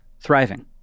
Thriving